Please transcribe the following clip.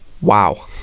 Wow